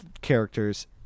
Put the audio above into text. characters